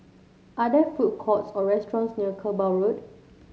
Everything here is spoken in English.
are there food courts or restaurants near Kerbau Road